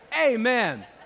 Amen